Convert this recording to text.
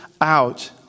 out